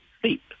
sleep